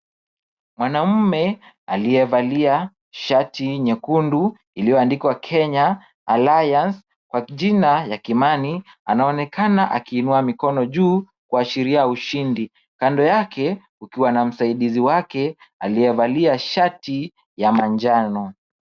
Mwanaume aliyevalia shati nyekundu iliyoandikwa Kenya Alliance kwa jina ya Kimani, anaonekana akiinua mikono juu kuashiria ushindi. Kando yake kukiwa na msaidizi wake aliyevalia shati ya manjano.